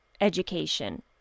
education